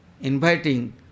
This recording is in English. inviting